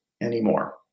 anymore